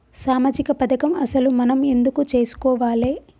సామాజిక పథకం అసలు మనం ఎందుకు చేస్కోవాలే?